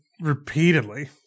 repeatedly